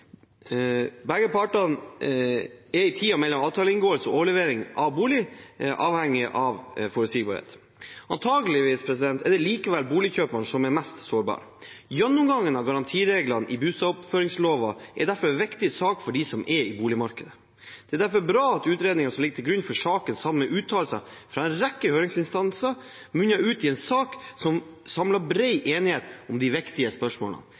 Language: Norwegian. likevel boligkjøperen mest sårbar. Gjennomgang av garantireglene i bustadoppføringslova er derfor en viktig sak for dem som er i boligmarkedet. Det er derfor bra at utredningen som ligger til grunn for saken, sammen med uttalelser fra en rekke høringsinstanser, munner ut i en sak som samler bred enighet om de viktigste spørsmålene.